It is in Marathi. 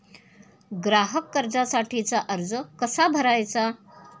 ग्राहक कर्जासाठीचा अर्ज कसा भरायचा?